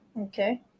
Okay